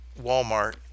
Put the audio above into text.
Walmart